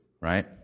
right